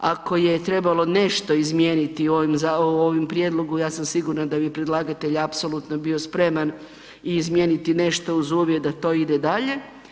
Ako je trebalo nešto izmijeniti u ovom prijedlogu ja sam sigurna da bi predlagatelj apsolutno bio spreman i izmijeniti nešto uz uvjet da to ide dalje.